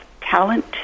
talent